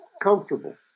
comfortable